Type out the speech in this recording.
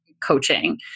Coaching